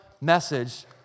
message